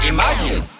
Imagine